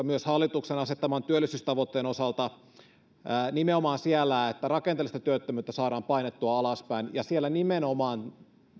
myös hallituksen asettaman työllisyystavoitteen osalta on tärkeää nimenomaan se että rakenteellista työttömyyttä saadaan painettua alaspäin ja siellä nimenomaan